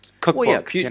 cookbook